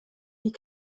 die